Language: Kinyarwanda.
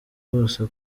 hose